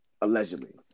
Allegedly